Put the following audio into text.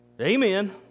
Amen